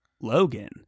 Logan